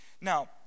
Now